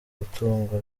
gutungwa